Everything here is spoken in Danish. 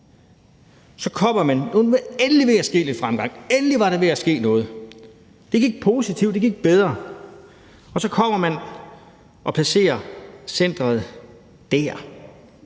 på Langeland, og når der så endelig er ved at ske lidt fremgang – endelig var der ved at ske noget; det gik positivt, det gik bedre – kommer man og placerer centeret dér.